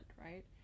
right